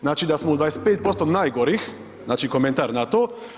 Znači da smo u 25% najgorih, znači komentar na to.